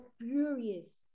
furious